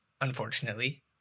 unfortunately